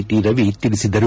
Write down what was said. T Ravi ತಿಳಿಸಿದರು